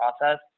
process